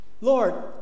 Lord